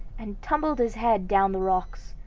and tumbled his head down the rocks.